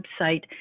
website